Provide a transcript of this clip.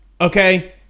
okay